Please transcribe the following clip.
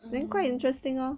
uh